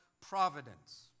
providence